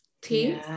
team